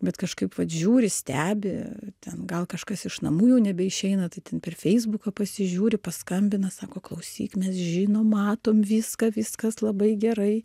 bet kažkaip vat žiūri stebi ten gal kažkas iš namų jau nebeišeina tai ten per feisbuką pasižiūri paskambina sako klausyk mes žinom matom viską viskas labai gerai